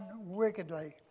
wickedly